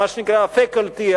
מה שנקרא ה-faculty,